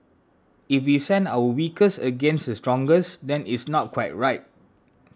if we send our weakest against the strongest then it's not quite right